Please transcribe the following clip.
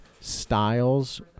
styles